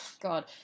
God